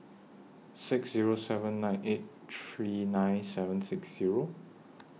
six Zero seven nine eight three nine seven six Zero